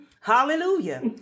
Hallelujah